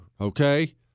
okay